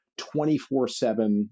24-7